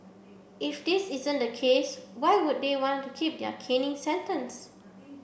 if this isn't the case why would they want to keep their caning sentence